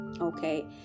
Okay